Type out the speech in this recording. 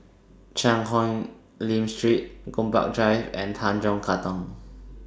Cheang Hong Lim Street Gombak Drive and Tanjong Katong